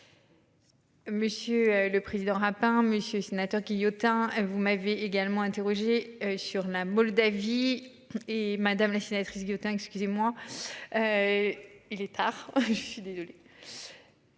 Monsieur le président. Hein monsieur sénateur qui autant vous m'avez également interrogé sur la Moldavie et madame la sénatrice Guillotin, excusez-moi. Il est tard je suis désolé.